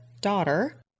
daughter